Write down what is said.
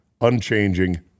unchanging